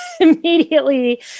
Immediately